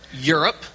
Europe